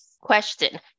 question